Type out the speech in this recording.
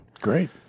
Great